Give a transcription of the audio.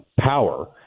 power